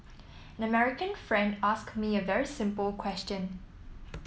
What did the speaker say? an American friend asked me a very simple question